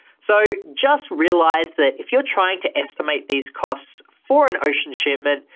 so just realize that if you're trying to estimate these costs for an ocean shipment,